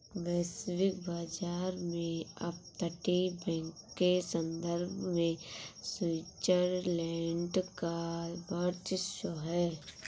वैश्विक बाजार में अपतटीय बैंक के संदर्भ में स्विट्जरलैंड का वर्चस्व है